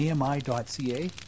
ami.ca